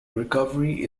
recovery